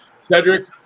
cedric